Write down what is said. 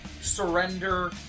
Surrender